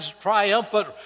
triumphant